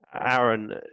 Aaron